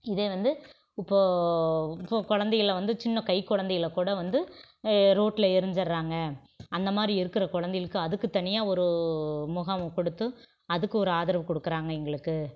இதே வந்து இப்போது இப்போது குழந்தைகள வந்து சின்ன கைக்குழந்தைகள கூட வந்து ரோட்டில் எறிஞ்சிடுறாங்க அந்த மாதிரி இருக்கிற குழந்தைகளுக்கு அதுக்கு தனியாக ஒரு முகாமை கொடுத்து அதுக்கு ஒரு ஆதரவு கொடுக்குறாங்க எங்களுக்கு